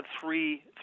three